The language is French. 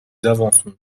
avançons